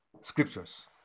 scriptures